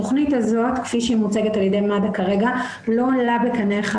התכנית הזאת כפי שמוצגת על ידי מד"א כרגע לא עולה בקנה אחד